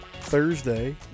Thursday